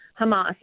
Hamas